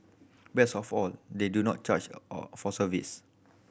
best of all they do not charge all for service